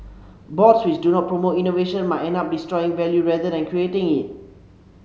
boards which do not promote innovation might end up destroying value rather than creating it